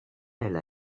elle